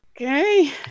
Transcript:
okay